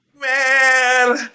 Man